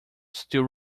still